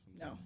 No